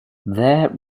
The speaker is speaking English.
their